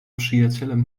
przyjacielem